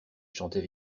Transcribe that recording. chantait